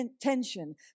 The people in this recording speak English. tension